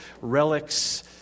relics